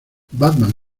batman